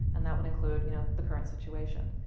and that would include you know the current situation.